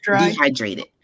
dehydrated